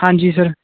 ਹਾਂਜੀ ਸਰ